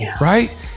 right